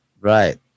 Right